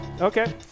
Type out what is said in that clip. Okay